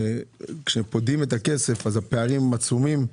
כשפודים את הכסף הפערים הם עצומים,